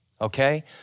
Okay